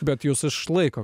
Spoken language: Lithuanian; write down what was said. bet jus išlaiko